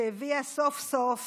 שהביאה סוף-סוף